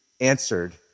answered